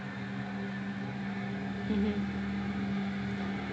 mmhmm